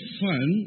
fun